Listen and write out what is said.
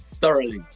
thoroughly